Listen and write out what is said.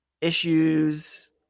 issues